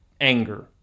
anger